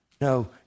No